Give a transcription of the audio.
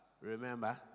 Remember